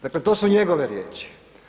Dakle to su njegove riječi.